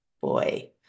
boy